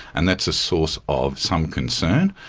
and that's a source of some concern.